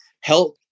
health